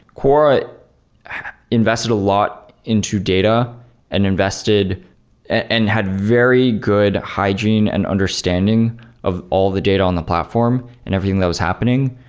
quora invested a lot into data and invested and had very good hygiene and understanding of all the data on the platform and everything that was happening.